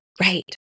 Right